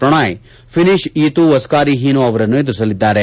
Prannoy Finnish Eetu ಒಸ್ನಾರಿ Heino ಅವರನ್ತು ಎದುರಿಸಲಿದ್ದಾರೆ